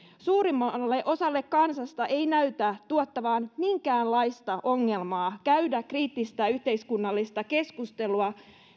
suurimmalle osalle kansasta ei näytä tuottavan minkäänlaista ongelmaa käydä kriittistä yhteiskunnallista keskustelua